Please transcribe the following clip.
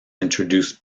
introduced